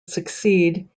succeed